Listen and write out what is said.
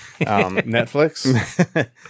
netflix